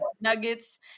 nuggets